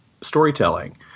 storytelling